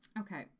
Okay